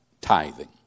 tithing